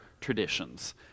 traditions